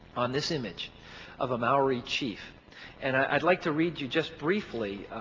on this image of a maori chief and i'd like to read you just briefly